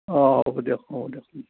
অঁ হ'ব দিয়ক হ'ব দিয়ক